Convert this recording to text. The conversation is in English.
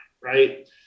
Right